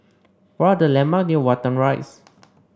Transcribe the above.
what are the landmarks near Watten Rise